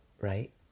right